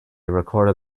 recorded